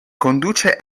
conduce